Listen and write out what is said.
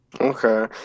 Okay